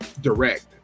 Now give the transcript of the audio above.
direct